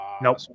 Nope